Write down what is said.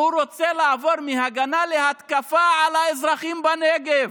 הוא רוצה לעבור מהגנה להתקפה על האזרחים בנגב.